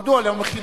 מדוע לא מחילים,